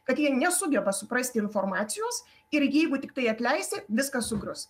kad jie nesugeba suprasti informacijos ir jeigu tiktai atleisi viskas sugrius